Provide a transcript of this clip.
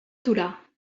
torà